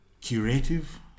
curative